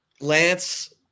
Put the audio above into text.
Lance